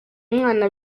mwana